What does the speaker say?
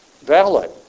valid